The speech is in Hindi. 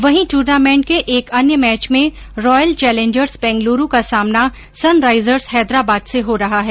वहीं ट्र्नामेंट के एक अन्य मैच में रॉयल चैलेंजर्स बैंगलुरु का सामना सनराइजर्स हैदराबाद से हो रहा है